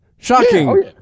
Shocking